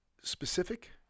specific